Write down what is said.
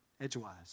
edgewise